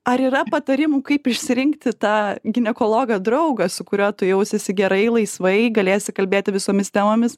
ar yra patarimų kaip išsirinkti tą ginekologą draugą su kuriuo tu jausiesi gerai laisvai galėsi kalbėti visomis temomis